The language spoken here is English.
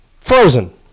Frozen